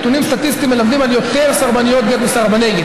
נתונים סטטיסטיים מלמדים על יותר סרבניות גט מסרבני גט.